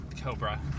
Cobra